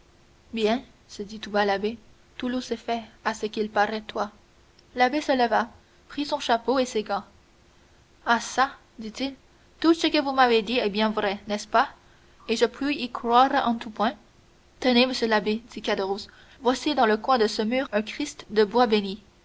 bien se dit tout bas l'abbé tu l'eusses fait à ce qu'il paraît toi l'abbé se leva prit son chapeau et ses gants ah çà dit-il tout ce que vous m'avez dit est bien vrai n'est-ce pas et je puis y croire en tout point tenez monsieur l'abbé dit caderousse voici dans le coin de ce mur un christ de bois